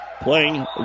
playing